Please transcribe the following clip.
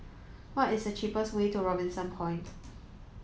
what is the cheapest way to Robinson Point